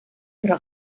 però